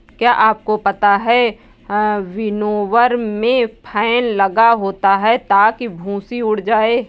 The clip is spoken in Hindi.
क्या आपको पता है विनोवर में फैन लगा होता है ताकि भूंसी उड़ जाए?